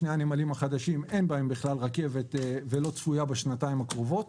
בשני הנמלים החדשים אין בכלל רכבת ולא צפויה בשנתיים הקרובות.